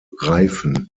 reifen